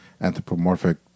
anthropomorphic